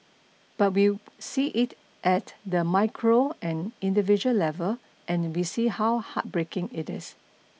but we'll see it at the micro and individual level and we see how heartbreaking it is